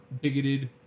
bigoted